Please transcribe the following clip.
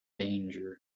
danger